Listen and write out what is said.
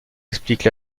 explique